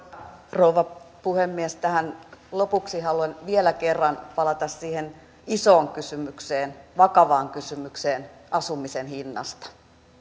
rouva puhemies tähän lopuksi haluan vielä kerran palata siihen isoon kysymykseen vakavaan kysymykseen asumisen hinnasta